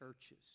churches